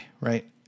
right